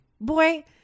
Boy